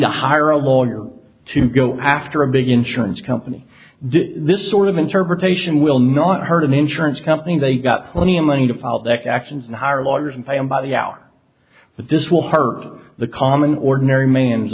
to hire a lawyer to go after a big insurance company do this sort of interpretation will not hurt an insurance company they got plenty of money to file the actions and hire lawyers and pay them by the out but this will hurt the common ordinary man's